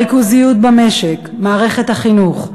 הריכוזיות במשק, מערכת החינוך,